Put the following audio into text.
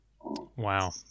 Wow